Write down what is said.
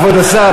כבוד השר,